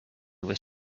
was